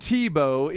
Tebow